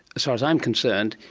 as far as i'm concerned,